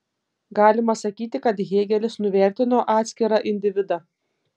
galima sakyti kad hėgelis nuvertino atskirą individą